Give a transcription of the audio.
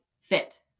fit